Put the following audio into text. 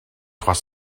trois